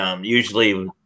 Usually